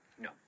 No